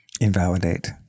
invalidate